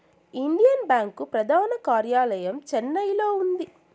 Indian bank ప్రధాన కార్యాలయం చెన్నైలో ఉంది